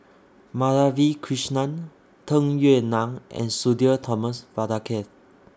Madhavi Krishnan Tung Yue Nang and Sudhir Thomas Vadaketh